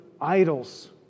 idols